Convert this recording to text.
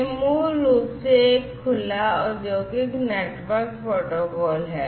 यह मूल रूप से एक खुला औद्योगिक नेटवर्क प्रोटोकॉल है